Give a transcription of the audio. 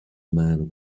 man